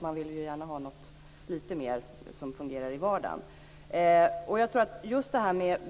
Man vill gärna ha ett skydd som fungerar lite bättre i vardagen.